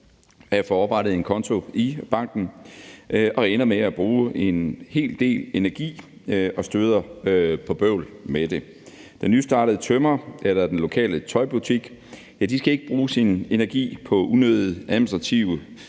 at få oprettet en konto i banken og ender med at bruge en hel del energi på det og støder på bøvl med det. Den nystartede tømrer eller den lokale tøjbutik skal ikke bruge deres energi på unødige administrative